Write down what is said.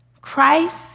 Christ